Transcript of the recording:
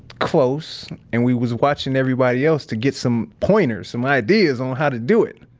close, and we was watching everybody else to get some pointers, some ideas on how to do it.